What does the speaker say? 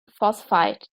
phosphide